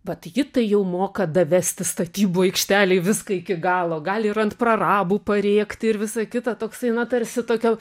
vat ji tai jau moka davesti statybų aikštelėj viską iki galo gal ir ant prarabų parėkti ir visa kita toksai na tarsi tokio